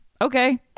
Okay